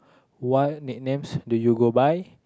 what nicknames do you go by